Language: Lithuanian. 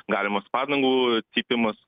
galimas padangų cypimas